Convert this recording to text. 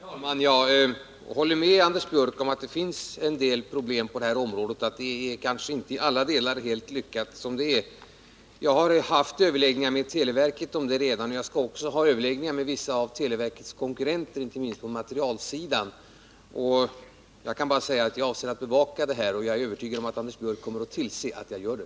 Herr talman! Jag håller med Anders Björck om att det finns en del problem på detta område och att det inte i alla delar är lyckat som det är. Jag har redan haft överläggningar med televerket om detta, och jag skall också ha överläggningar med televerkets konkurrenter inte minst på materielsidan. Jag avser att bevaka detta, och jag är övertygad om att Anders Björck kommer att tillse att jag gör det.